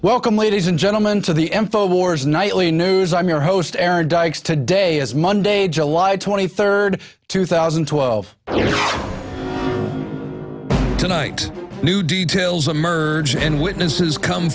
welcome ladies and gentlemen to the m four wars nightly news i'm your host aaron dykes today is monday july twenty third two thousand and twelve tonight new details emerge in witnesses come